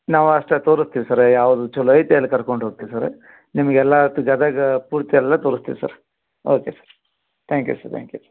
ನಾವು ಅಷ್ಟೇ ತೋರಿಸ್ತೀವಿ ಸರ ಯಾವ್ದು ಚೊಲೋ ಐತೆ ಅಲ್ಲಿಗೆ ಕರ್ಕೊಂಡು ಹೋಗ್ತೀವಿ ಸರ ನಿಮಗೆಲ್ಲ ಅತ್ ಗದಗ ಪೂರ್ತಿ ಎಲ್ಲ ತೋರಿಸ್ತೀವಿ sir okay sir thank you sir thank you